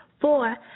Four